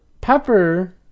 Pepper